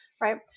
right